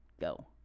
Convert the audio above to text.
go